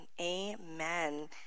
Amen